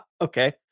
Okay